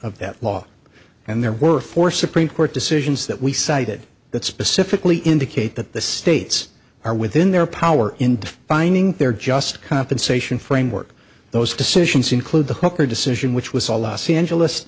of that law and there were four supreme court decisions that we cited that specifically indicate that the states are within their power in defining their just compensation framework those decisions include the hucker decision which was all los angeles